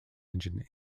engine